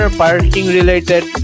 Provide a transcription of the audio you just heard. parking-related